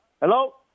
Hello